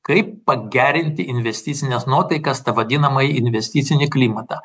kaip pagerinti investicines nuotaikas tą vadinamą investicinį klimatą